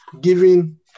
giving